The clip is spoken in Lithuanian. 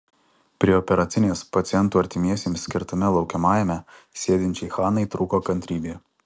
prie operacinės pacientų artimiesiems skirtame laukiamajame sėdinčiai hanai trūko kantrybė